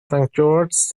george’s